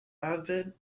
advent